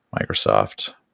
Microsoft